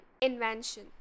invention